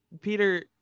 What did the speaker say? Peter